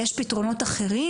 יש פתרונות אחרים?